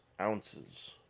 ounces